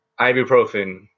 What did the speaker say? ibuprofen